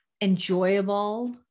enjoyable